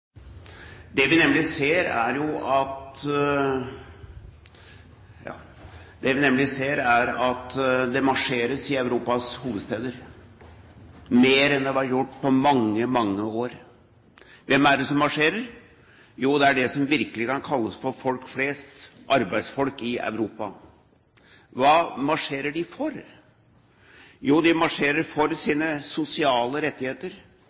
Det vi nemlig ser, er at det marsjeres i Europas hovedsteder, mer enn det har vært gjort på mange, mange år. Hvem er det som marsjerer? Jo, det er det som virkelig kan kalles for folk flest: arbeidsfolk i Europa. Hva marsjerer de for? Jo, de marsjerer for sine sosiale rettigheter,